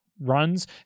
runs